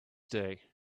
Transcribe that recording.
day